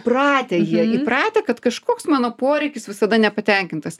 pratę jie įpratę kad kažkoks mano poreikis visada nepatenkintas